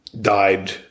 died